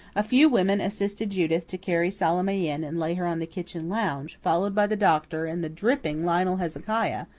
a few women assisted judith to carry salome in and lay her on the kitchen lounge, followed by the doctor and the dripping lionel hezekiah,